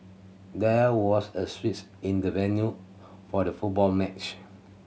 there was a switch in the venue for the football match